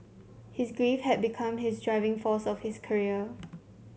his grief had become his driving force of his career